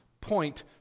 point